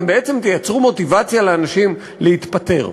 בעצם אתם תייצרו מוטיבציה לאנשים להתפטר.